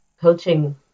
coaching